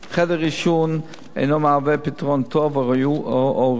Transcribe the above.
חדר עישון אינו מהווה פתרון טוב או ראוי,